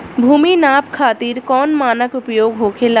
भूमि नाप खातिर कौन मानक उपयोग होखेला?